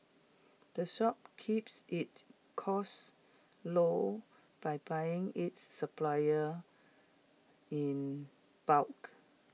the shop keeps its costs low by buying its supplier in bulk